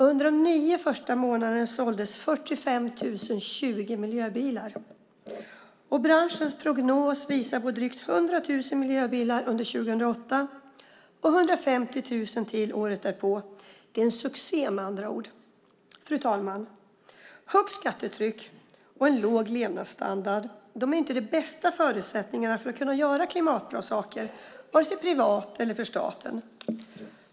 Under de nio första månaderna såldes 45 020 miljöbilar. Branschens prognos visar på drygt 100 000 miljöbilar under 2008 och 150 000 året därpå. Det är en succé med andra ord. Fru talman! Högt skattetryck och en låg levnadsstandard är inte de bästa förutsättningarna för att kunna göra klimatbra saker vare sig privat eller för staten.